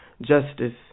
justice